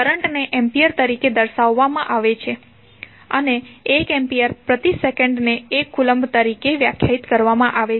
current ને ampere તરીકે દર્શાવવામાં આવે છે અને 1 એમ્પીયર પ્રતિ સેકંડને 1 કુલમ્બ તરીકે વ્યાખ્યાયિત કરવામાં આવે છે